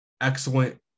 Excellent